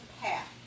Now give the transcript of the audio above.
path